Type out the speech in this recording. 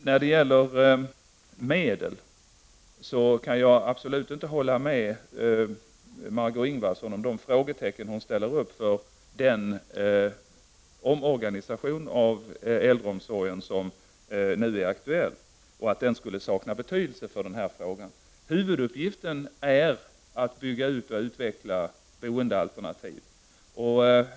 Jag kan absolut inte hålla med Margö Ingvardsson när hon menar att det finns frågetecken beträffande den omorganisation av äldreomsorgen som nu är aktuell och att den skulle sakna betydelse för denna fråga. Huvuduppgiften är att bygga ut och utveckla boendealternativ.